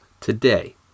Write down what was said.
today